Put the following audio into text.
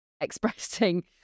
expressing